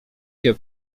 się